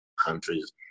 countries